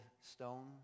stone